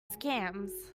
scams